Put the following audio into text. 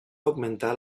augmentar